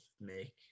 make